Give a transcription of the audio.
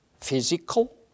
physical